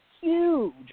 huge